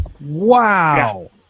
Wow